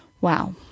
Wow